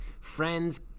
Friends